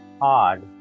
odd